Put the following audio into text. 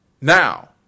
Now